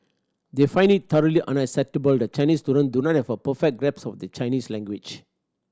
they find it thoroughly unacceptable that Chinese student do not have a perfect grasp of the Chinese language